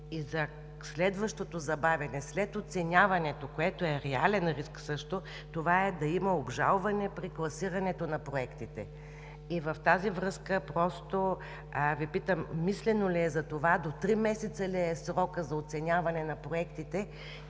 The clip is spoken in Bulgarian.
и за следващото забавяне след оценяването, което е реален риск също, това е да има обжалване при класирането на проектите. В тази връзка просто Ви питам: мислено ли е за това, до три месеца ли е срокът за оценяване на проектите